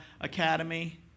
Academy